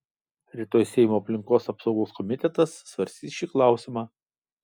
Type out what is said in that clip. rytoj seimo aplinkos apsaugos komitetas svarstys šį klausimą